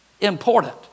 Important